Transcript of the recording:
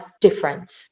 different